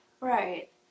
Right